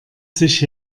sich